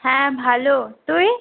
হ্যাঁ ভালো তুই